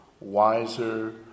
wiser